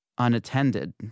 unattended